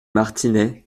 martinets